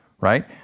Right